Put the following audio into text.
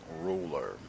Ruler